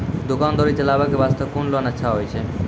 दुकान दौरी चलाबे के बास्ते कुन लोन अच्छा होय छै?